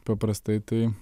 paprastai tai